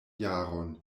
jaron